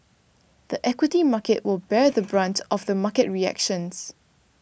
the equity market will bear the brunt of the market reactions